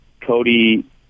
Cody